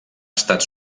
estat